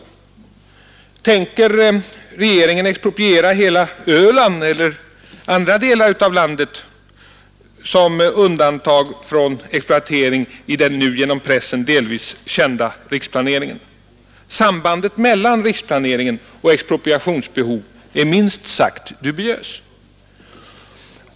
Tänker regeringen expropriera hela Öland eller andra delar av landet som undantag från exploatering i den nu genom pressen delvis kända riksplaneringen? Sambandet mellan riksplaneringen och expropriationsbehov är minst sagt dubiöst.